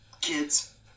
kids